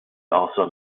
also